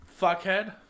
Fuckhead